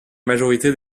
majorité